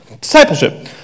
Discipleship